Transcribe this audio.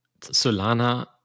solana